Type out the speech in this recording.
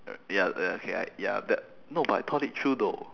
ya ya okay like ya that no but I thought it through though